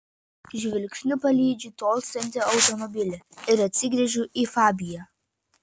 žvilgsniu palydžiu tolstantį automobilį ir atsigręžiu į fabiją